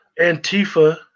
Antifa